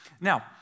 Now